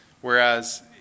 Whereas